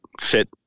fit